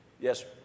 Yes